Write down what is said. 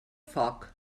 foc